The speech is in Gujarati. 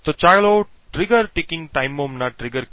તો ચાલો ટ્રીગર ટિકિંગ ટાઇમ બોમ્બથી પ્રારંભ કરીએ